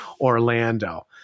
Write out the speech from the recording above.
Orlando